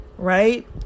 Right